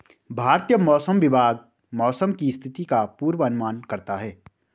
भारतीय मौसम विभाग मौसम की स्थिति का पूर्वानुमान करता है